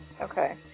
Okay